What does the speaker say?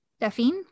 Daphne